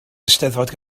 eisteddfod